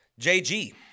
JG